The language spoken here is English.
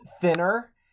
Thinner